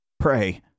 Pray